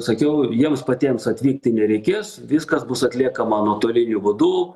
sakiau jiems patiems atvykti nereikės viskas bus atliekama nuotoliniu būdu